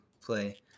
play